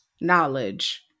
knowledge